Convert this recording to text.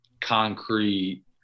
concrete